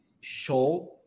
show